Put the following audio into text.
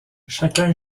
chacun